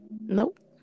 Nope